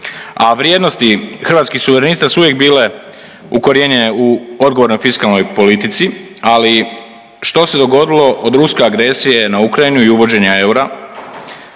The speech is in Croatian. a vrijednosti Hrvatskih suverenista su uvijek bile ukorijenjene u odgovornoj fiskalnoj politici. Ali što se dogodilo od ruske agresije na Ukrajinu i uvođenja eura